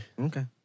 Okay